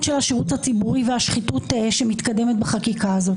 של השירות הציבורי והשחיתות שמתקדמת בחקיקה הזאת.